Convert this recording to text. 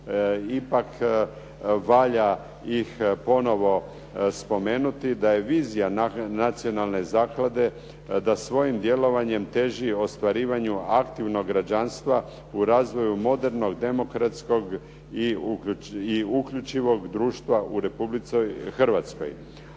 ipak valja ih ponovo spomenuti, da je vizija nacionalne zaklade, da svojim djelovanjem teži ostvarivanju aktivnog građanstva u razvoju modernog, demokratskog i uključivog društva u Republici